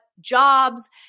jobs